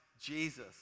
Jesus